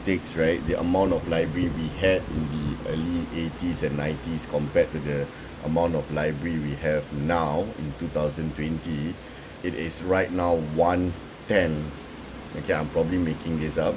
right the amount of library we had in the early eighties and nineties compared to the amount of library we have now in two thousand twenty it is right now one tenth okay I'm probably making this up